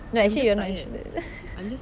ya actually you're not interested